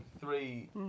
three